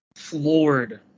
floored